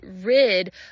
rid